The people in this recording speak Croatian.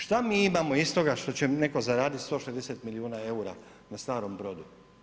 Šta mi imamo iz toga što će netko zaradit 160 milijuna eura na starom brodu?